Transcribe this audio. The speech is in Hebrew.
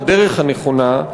בדרך הנכונה,